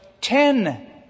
ten